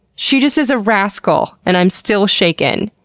she just is a rascal and i'm still shaken.